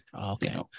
Okay